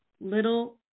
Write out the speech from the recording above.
little